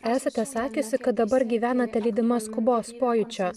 esate sakiusi kad dabar gyvenate lydima skubos pojūčio